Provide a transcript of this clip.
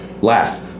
Laugh